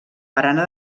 barana